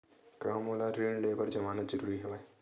का मोला ऋण ले बर जमानत जरूरी हवय?